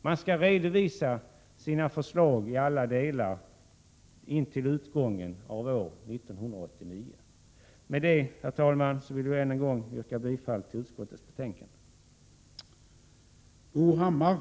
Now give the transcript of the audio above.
Man skall redovisa sina förslag i alla delar före utgången av år 1989. Med detta vill jag, herr talman, än en gång yrka bifall till utskottets hemställan.